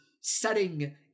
setting